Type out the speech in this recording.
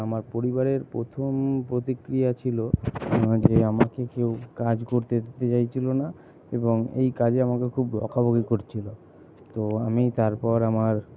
আমার পরিবারের প্রথম প্রতিক্রিয়া ছিল যে আমাকে কেউ কাজ করতে দিতে চাইছিল না এবং এই কাজে আমাকে খুব বকাবকি করছিল তো আমি তারপর আমার